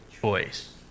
choice